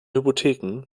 hypotheken